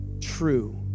true